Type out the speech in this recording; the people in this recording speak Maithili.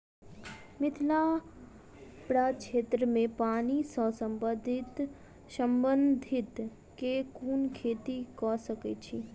मिथिला प्रक्षेत्र मे पानि सऽ संबंधित केँ कुन खेती कऽ सकै छी?